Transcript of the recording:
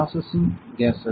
processing cases